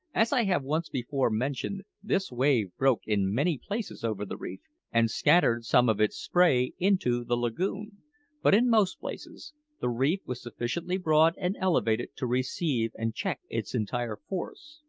as i have once before mentioned, this wave broke in many places over the reef and scattered some of its spray into the lagoon but in most places the reef was sufficiently broad and elevated to receive and check its entire force.